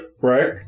right